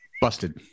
Busted